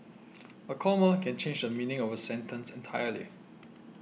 a comma can change the meaning of a sentence entirely